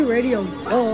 Radio